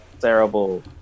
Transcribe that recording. terrible